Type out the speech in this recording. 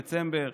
דצמבר,